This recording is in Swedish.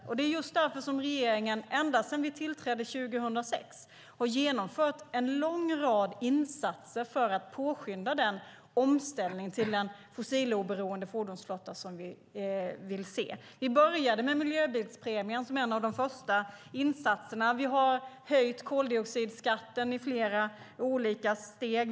Och det är just därför som regeringen, ända sedan vi tillträdde 2006, har genomfört en lång rad insatser för att påskynda den omställning till en fossiloberoende fordonsflotta som vi vill se. Vi började med miljöbilspremien som en av de första insatserna. Vi har höjt koldioxidskatten i flera olika steg.